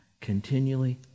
Continually